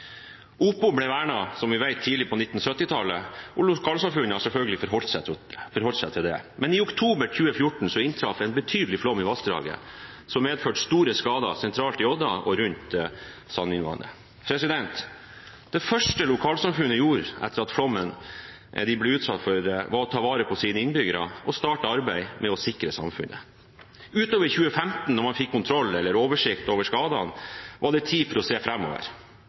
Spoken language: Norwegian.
ble vernet, som vi vet, tidlig på 1970-tallet, og lokalsamfunnet har selvfølgelig forholdt seg til det. Men i oktober 2014 inntraff en betydelig flom i vassdraget, som medførte store skader sentralt i Odda og rundt Sandvinvatnet. Det første lokalsamfunnet gjorde etter at de ble utsatt for flommen, var å ta vare på sine innbyggere og starte arbeidet med å sikre samfunnet. Utover i 2015, da man fikk kontroll og oversikt over skadene, var det tid for å se